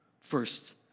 First